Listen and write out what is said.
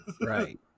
Right